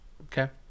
Okay